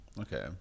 Okay